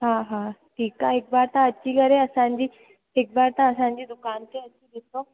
हा हा ठीकु आहे हिकु बार तव्हां अची करे असांजी हिकु बार तव्हां असांजी दुकानु ते अची ॾिसो